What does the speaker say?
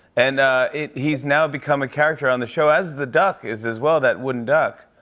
and he's now become a character on the show, as the duck is as well, that wooden duck.